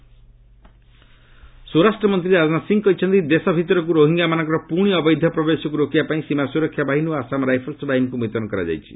ଲଚ୍ଏମ୍ ରୋହିଙ୍ଗ୍ୟା ସ୍ୱରାଷ୍ଟ୍ରମନ୍ତ୍ରୀ ରାଜନାଥ ସିଂହ କହିଛନ୍ତି ଦେଶ ଭିତରକୁ ରୋହିଙ୍ଗ୍ୟାମାନଙ୍କର ପୁଣି ଅବୈଧ ପ୍ରବେଶକୁ ରୋକିବା ପାଇଁ ସୀମା ସ୍ୱରକ୍ଷା ବାହିନୀ ଓ ଆସାମ୍ ରାଇଫଲ୍ୱ ବାହିନୀକୁ ମୁତୟନ କରାଯାଇଛି